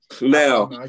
Now